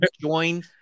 join